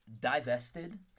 divested